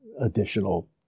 additional